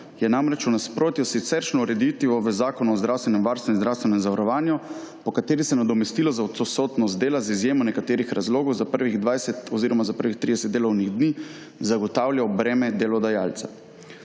je namreč v nasprotju s siceršnjo ureditvijo v Zakonu o zdravstvenem varstvu in zdravstvenem zavarovanju po kateri se nadomestilo za odsotnost z dela z izjemo nekaterih razlogov za prvih 20 oziroma za prvih 30 delovnih dni zagotavlja v breme delodajalca.